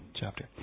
chapter